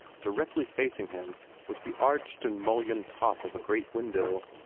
indirectly facing him was the arched and mullioned top of a great window.